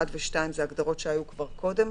(1) ו-(2) הן הגדרות שהיו כבר קודם,